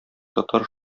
татар